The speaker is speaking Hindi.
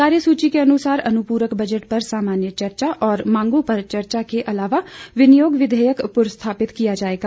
कार्य सूची के अनुसार अनुप्रक बजट पर सामान्य चर्चा और मांगों पर चर्चा के अलावा विनियोग विधेयक पुरस्थापित किया जाएगा